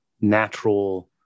natural